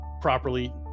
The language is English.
properly